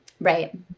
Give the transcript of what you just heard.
Right